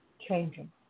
changing